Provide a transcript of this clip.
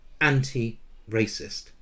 anti-racist